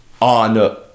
on